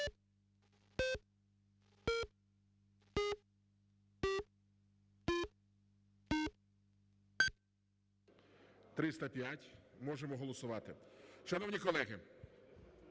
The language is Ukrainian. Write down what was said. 305, можемо голосувати. Шановні колеги,